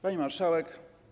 Pani Marszałek!